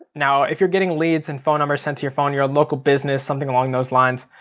now if you're getting leads and phone numbers sent to your phone, you're a local business, something along those lines,